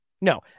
No